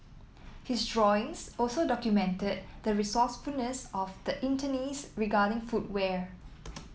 his drawings also documented the resourcefulness of the internees regarding footwear